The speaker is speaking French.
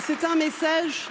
C'est un message